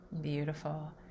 Beautiful